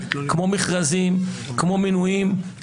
כמו מינויים,